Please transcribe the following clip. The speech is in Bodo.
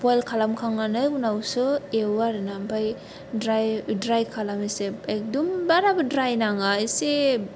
बयल खालामखांनानै उनावसो एव आरो ना आमफ्राय ड्राइ ड्राइ खालाम इसे एकदम बाराबो ड्राइ नाङा इसे